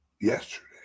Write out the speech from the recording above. yesterday